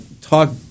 talk